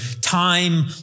time